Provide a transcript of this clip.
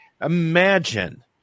imagine